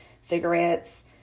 cigarettes